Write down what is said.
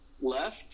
left